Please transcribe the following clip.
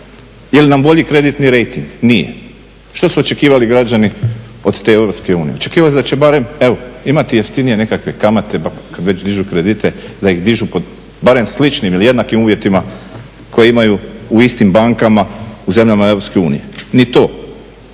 Jeli nam bolji kreditni rejting? Nije. Što su očekivali građani od te EU? Očekivali su da će barem evo imati jeftinije nekakve kamate kada već diži kredite da ih dižu po barem sličnim ili jednakim uvjetima koje imaju u istim bankama u zemljama EU. Ni to.